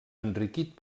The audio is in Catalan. enriquit